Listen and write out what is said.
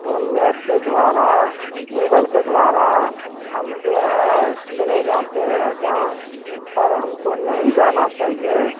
تو میپ کے دوارا گوگل کے دوارا ہم جو ہے چلے جاتے ہیں جہاں پر ہم کو نہیں جانا چاہیے